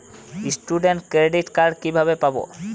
Student credit card কিভাবে পাব?